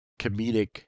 comedic